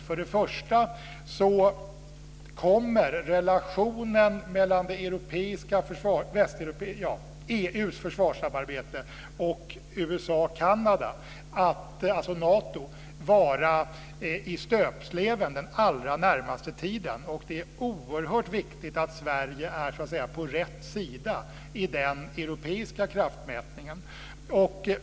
För det första kommer relationen mellan EU:s försvarssamarbete och USA Kanada, alltså Nato, att vara i stöpsleven den allra närmaste tiden, och det är oerhört viktigt att Sverige är på rätt sida i den europeiska kraftmätningen.